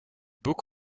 boek